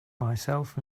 myself